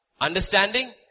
understanding